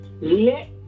Let